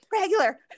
regular